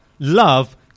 Love